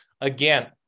again